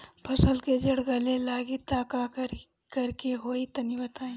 फसल के जड़ गले लागि त का करेके होई तनि बताई?